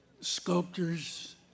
Sculptors